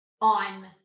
on